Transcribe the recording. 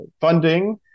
funding